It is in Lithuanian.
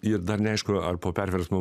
ir dar neaišku ar po perversmo